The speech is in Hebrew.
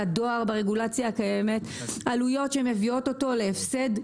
הדואר ברגולציה הקיימת עלויות שמביאות אותו להפסד מבני.